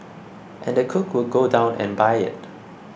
and the cook would go down and buy it